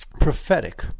prophetic